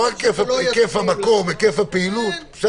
היקף המקום, היקף הפעילות.